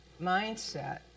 mindset